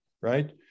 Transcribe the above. right